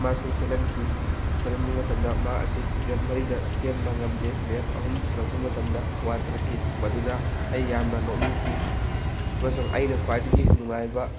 ꯃꯥꯁꯨ ꯆꯦꯜꯍꯟꯈꯤ ꯆꯦꯜꯍꯟꯕ ꯃꯇꯝꯗ ꯃꯥ ꯑꯁꯤ ꯃꯤꯅꯠ ꯃꯔꯤꯗ ꯆꯦꯟꯕ ꯉꯝꯗꯦ ꯃꯤꯅꯠ ꯑꯍꯨꯝ ꯁꯨꯔꯛꯄ ꯃꯇꯝꯗ ꯋꯥꯟꯊꯔꯛꯈꯤ ꯃꯗꯨꯗ ꯑꯩ ꯌꯥꯝꯅ ꯅꯣꯛꯅꯤꯡꯈꯤ ꯑꯃꯁꯨꯡ ꯑꯩꯅ ꯈ꯭ꯋꯥꯏꯗꯒꯤ ꯅꯨꯡꯉꯥꯏꯕ